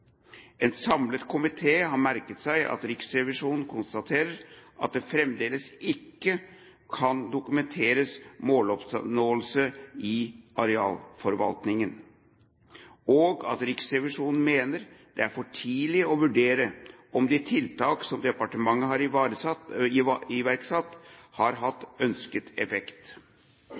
En samlet komité har merket seg at Riksrevisjonen konstaterer at det fremdeles ikke kan dokumenteres måloppnåelse i arealforvaltningen, og at Riksrevisjonen mener det er for tidlig å vurdere om de tiltak som departementet har iverksatt, har hatt ønsket effekt.